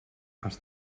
els